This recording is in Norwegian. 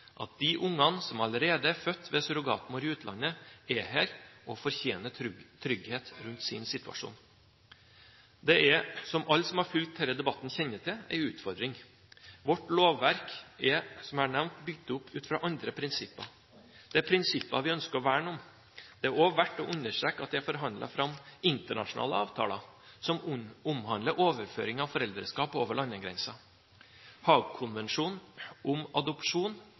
at de barna som allerede er født av surrogatmor i utlandet, er her og fortjener trygghet rundt sin situasjon. Det er, som alle som har fulgt denne debatten kjenner til, en utfordring. Vårt lovverk er, som jeg har nevnt, byttet ut med andre prinsipper. Det er prinsipper vi ønsker å verne om. Det er også verdt å understreke at det er forhandlet fram internasjonale avtaler, som omhandler overføring av foreldreskap over landegrensen. Haag-konvensjonen om adopsjon